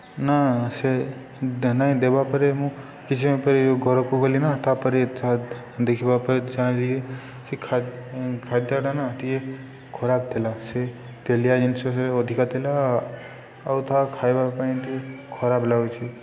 ନା ସେ ନାଇଁ ଦେବା ପରେ ମୁଁ କିଛି ସମୟ ପରେ ଘରକୁ ଗଲି ନା ତା'ପରେ ତା ଦେଖିବା ପରେ ସେ ଖାଦ୍ୟଟା ନା ଟିକିଏ ଖରାପ ଥିଲା ସେ ତେଲିଆ ଜିନିଷ ସେ ଅଧିକା ଥିଲା ଆଉ ତାହା ଖାଇବା ପାଇଁ ଟିକିଏ ଖରାପ ଲାଗୁଛି